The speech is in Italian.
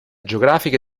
geografiche